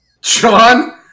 John